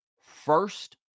first